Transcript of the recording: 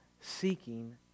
seeking